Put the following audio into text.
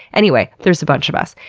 anyway, there's a bunch of us.